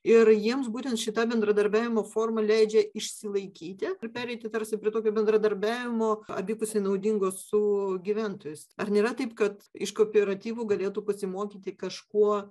ir jiems būtent šita bendradarbiavimo forma leidžia išsilaikyti ir pereiti tarsi prie tokio bendradarbiavimo abipusiai naudingo su gyventojais ar nėra taip kad iš kooperatyvų galėtų pasimokyti kažko